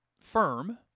firm